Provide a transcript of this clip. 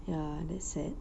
ya that's sad